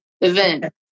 event